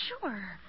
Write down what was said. Sure